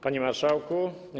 Panie Marszałku!